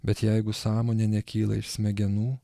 bet jeigu sąmonė nekyla iš smegenų